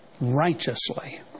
righteously